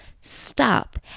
Stop